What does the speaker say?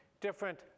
different